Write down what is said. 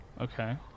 Okay